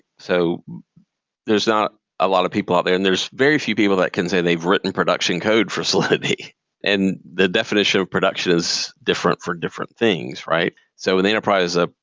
so there's not a lot of people out there and there's very few people that can say they've written production code for solidity and the definition for production is different for different things, right? so the enterprise ah